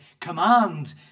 command